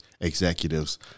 executives